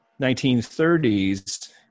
1930s